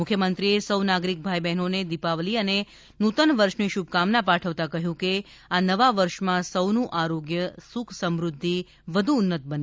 મુખ્યમંત્રીશ્રી એ સૌ નાગરિક ભાઈ બહેનોને દિપાવલી અને નૂતન વર્ષની શુભકામના પાઠવતા કહ્યું કે આ નવા વર્ષમાં સૌનું આરોગ્ય સુખ સમુદ્ધિ વધુ ઉન્નત બને